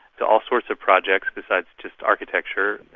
to all sorts of projects besides just architecture,